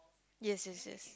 yes yes yes